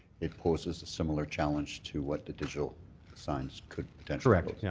it poses a similar challenge to what the digital signs could correct.